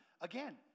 Again